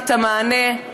את המענה,